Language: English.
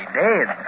dead